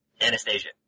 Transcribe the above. Anastasia